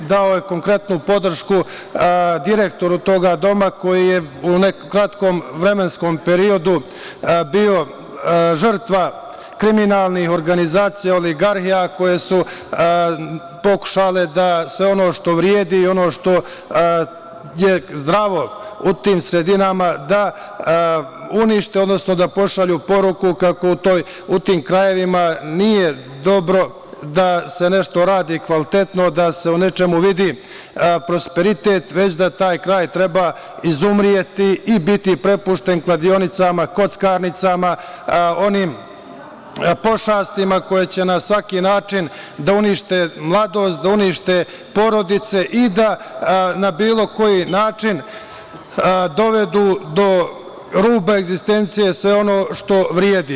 Dao je konkretnu podršku direktoru tog doma koji je u kratkom vremenskom periodu bio žrtva kriminalnih organizacija, oligarhija koje su pokušale da sve ono što vredi i ono što je zdravo u tim sredinama da unište, odnosno da pošalju poruku kako u tim krajevima nije dobro da se nešto radi kvalitetno, da se u nečemu vidi prosperitet, već da taj kraj treba izumreti i biti prepušten kladionicama, kockarnicama, onim pošastima koje će na svaki način da unište mladost, da unište porodice i da na bilo koji način dovedu do ruba egzistencije sve ono što vredi.